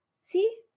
See